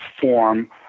form